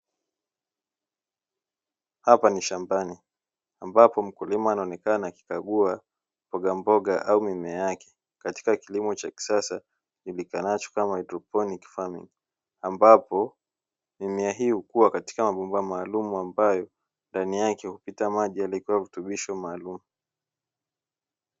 Hapa ni shambani ambapo mkulima anaonekana akikagua mbogamboga au mimea yake katika kilimo cha kisasa kijulikanacho kama haidroponi, ambapo mimea hii hukua katika mabomba maalumu ambayo ndani yake upita maji yaliyowekewa virutubisho maalumu.